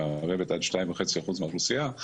שמערבת עד 2.5% מהאוכלוסייה.